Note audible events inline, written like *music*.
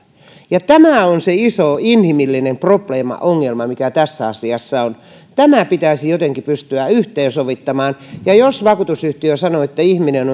tämä on se iso inhimillinen probleema ongelma mikä tässä asiassa on nämä pitäisi jotenkin pystyä yhteensovittamaan ja jos vakuutusyhtiö sanoo että ihminen *unintelligible*